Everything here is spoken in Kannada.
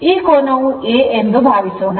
ಈ ಕೋನವು A ಎಂದು ಭಾವಿಸೋಣ